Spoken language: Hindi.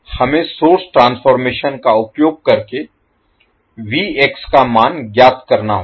हमें सोर्स ट्रांसफॉर्मेशन का उपयोग करके का मान ज्ञात करना होगा